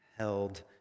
held